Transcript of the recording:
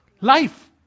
life